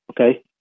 Okay